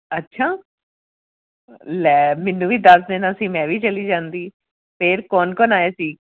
ਅੱਛਾ ਲੈ ਮੈਨੂੰ ਵੀ ਦੱਸ ਦੇਣਾ ਸੀ ਮੈਂ ਵੀ ਚਲੀ ਜਾਂਦੀ ਫੇਰ ਕੌਣ ਕੌਣ ਆਏ ਸੀ